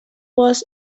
was